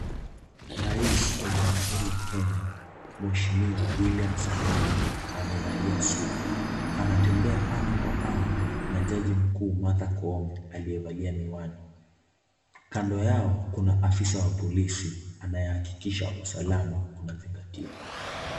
Rais wa jamuhuri ya Kenya mheshimiwa William Samoiei Ruto amevalia suti. Anatembea ana kwa ana na jaji mkuu Martha Koome aliyevalia miwani. Kando yao kuna afisa wa polisi anayehakikisha usalama umezingatiwa.